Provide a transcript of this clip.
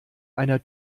einer